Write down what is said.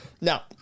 Now